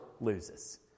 loses